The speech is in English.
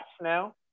now